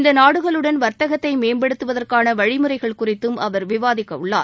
இந்த நாடுகளுடன் வர்த்தகத்தை மேம்படுத்துவதற்கான வழிமுறைகள் குறித்தும் அவர் விவாதிக்கவுள்ளார்